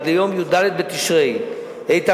עד יום י"ד בתשרי התשע"ג,